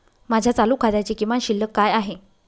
माझ्या चालू खात्याची किमान शिल्लक काय आहे?